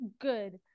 good